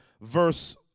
verse